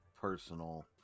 personal